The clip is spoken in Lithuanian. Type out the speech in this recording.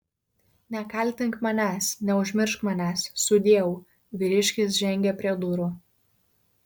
nekaltink manęs neužmiršk manęs sudieu vyriškis žengė prie durų